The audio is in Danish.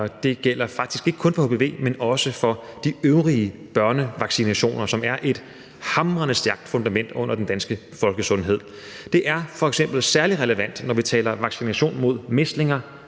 Det gælder faktisk ikke kun hpv, men også for de øvrige børnevaccinationer, som er et hamrende stærkt fundament under den danske folkesundhed. Det er f.eks. særlig relevant, når vi taler vaccination mod mæslinger,